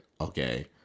okay